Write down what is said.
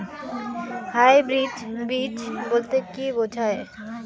Hybrid বীজ বলতে কী বোঝায়?